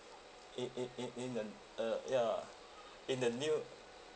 in in in in the uh ya in the new